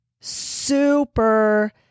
Super